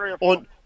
on